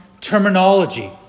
terminology